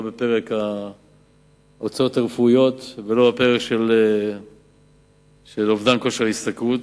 לא בפרק ההוצאות הרפואיות ולא בפרק אובדן כושר השתכרות,